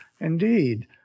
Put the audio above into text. indeed